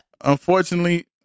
unfortunately